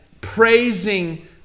praising